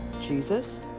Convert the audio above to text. Jesus